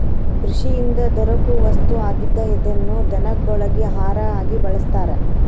ಕೃಷಿಯಿಂದ ದೊರಕು ವಸ್ತು ಆಗಿದ್ದ ಇದನ್ನ ದನಗೊಳಗಿ ಆಹಾರಾ ಆಗಿ ಬಳಸ್ತಾರ